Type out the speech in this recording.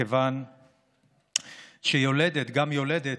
מכיוון שיולדת, גם יולדת,